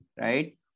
right